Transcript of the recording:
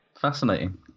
fascinating